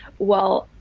well,